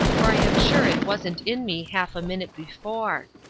for i am sure it wasn't in me half a minute before.